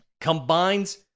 combines